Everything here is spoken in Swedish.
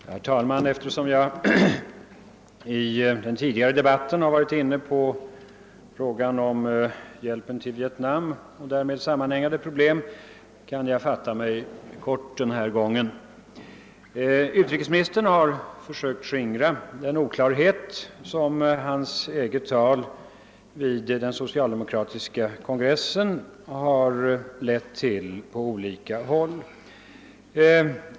Herr talman! Eftersom jag i den tidigare debatten har varit inne på hjälpen till Vietnam och därmed sammanhängande problem kan jag fatta mig kort den här gången. Utrikesministern har försökt skingra den oklarhet som hans eget tal vid den socialdemokratiska kongressen har lett till på olika håll.